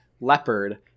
Leopard